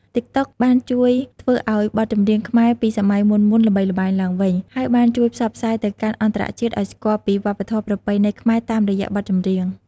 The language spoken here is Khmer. តិកតុក បានជួយធ្វើឲ្យបទចម្រៀងខ្មែរពីសម័យមុនៗល្បីល្បាញឡើងវិញ ហើយបានជួយផ្សព្វផ្សាយទៅកាន់អន្តរជាតិឲ្យស្គាល់ពីវប្បធម៌ប្រពៃណីខ្មែរតាមរយៈបទចម្រៀង។